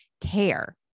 care